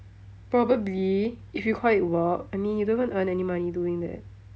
probably if you call it work I mean you don't even earn any money doing that